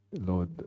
Lord